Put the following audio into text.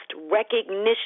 recognition